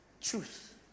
truth